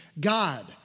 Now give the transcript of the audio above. God